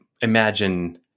imagine